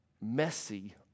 messy